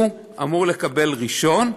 הוא אמור לקבל ראשון,